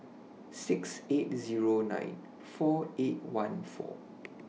six eight Zero nine four eight one four